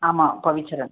ஆமாம் பவிச்சரண்